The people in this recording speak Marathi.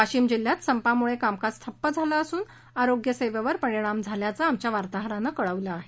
वाशिम जिल्ह्यात संपामुळं कामकाज ठप्प झालं असून आरोग्य सेवेवर परिणाम झाला असल्याचं आमच्या वार्ताहरानं कळवलं आहे